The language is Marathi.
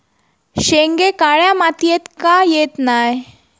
शेंगे काळ्या मातीयेत का येत नाय?